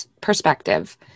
perspective